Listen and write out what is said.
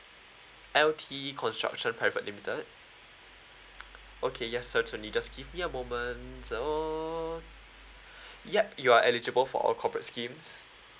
L_T_E construction private limited okay yes certainly just give me a moment so yup you are eligible for our corporate schemes